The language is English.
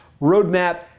roadmap